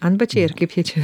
antbačiai ar kaip jie čia